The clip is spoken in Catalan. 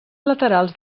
laterals